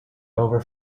over